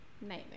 nightmare